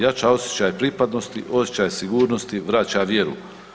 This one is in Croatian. Jača osjećaj pripadnosti, osjećaj sigurnosti, vraća vjeru.